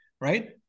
right